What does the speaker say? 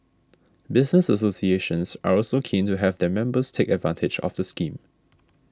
business associations are also keen to have their members take advantage of the scheme